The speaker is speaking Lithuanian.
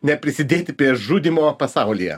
neprisidėti prie žudymo pasaulyje